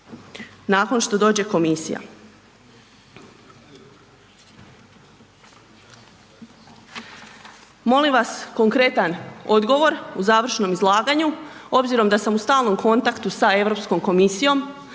nakon što dođe komisija? Molim vas konkretan odgovor u završnom izlaganju obzirom da sam u stalnom kontaktu sa Europskom komisijom